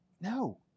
No